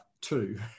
two